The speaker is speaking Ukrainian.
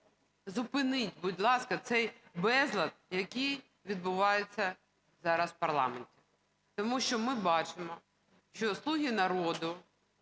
Зупиніть, будь ласка, цей безлад, який відбувається зараз в парламенті. Тому що ми бачимо, що "слуги народу"